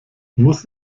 muss